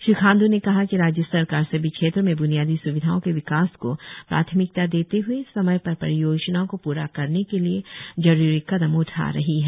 श्री खांड् ने कहा कि राज्य सरकार सभी क्षेत्रों में ब्नियादी स्विधाओं के विकास को प्राथमिकता देते हुए समय पर परियोजनाओं को पूरा करने के लिए जरुरी कदम उठा रही है